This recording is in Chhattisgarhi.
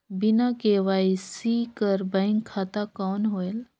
बिना के.वाई.सी कर बैंक खाता कौन होएल?